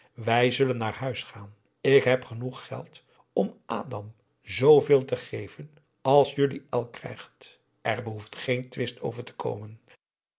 wij zullen naar huis gaan ik heb genoeg geld om adam zooveel te geven als jullie elk krijgt er behoeft geen twist over te komen